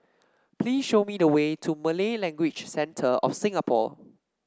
please show me the way to Malay Language Centre of Singapore